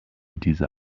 diese